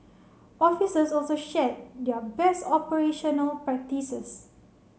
officers also shared their best operational practices